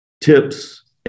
tips